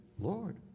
Lord